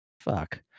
Fuck